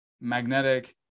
magnetic